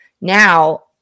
now